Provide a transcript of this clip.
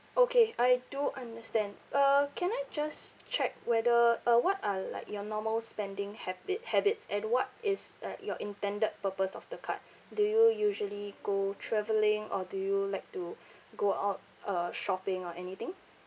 okay I do understand uh can I just check whether uh what are like your normal spending habi~ habits and what is uh your intended purpose of the card do you usually go travelling or do you like to go out uh shopping or anything